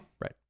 Right